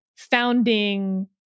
founding